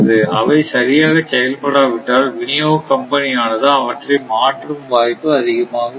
அவை சரியாக செயல்படாவிட்டால் விநியோக கம்பெனி ஆனது அவற்றை மாற்றும் வாய்ப்பு அதிகமாக உள்ளது